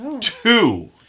Two